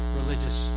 religious